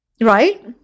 Right